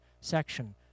section